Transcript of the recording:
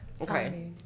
okay